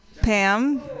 Pam